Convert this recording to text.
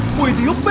with you,